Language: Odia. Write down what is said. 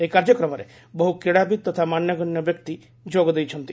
ଏହି କାର୍ଯ୍ୟକ୍ରମରେ ବହୁ କ୍ରୀଡ଼ାବିତ୍ ତଥା ମାନ୍ୟଗଣ୍ୟ ବ୍ୟକ୍ତି ଯୋଗଦେଇଛନ୍ତି